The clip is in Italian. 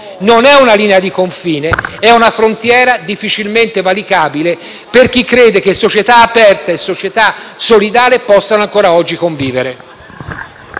Non è una linea di confine, ma una frontiera difficilmente valicabile per chi crede che società aperta e società solidale possano ancora oggi esistere.